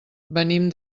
venim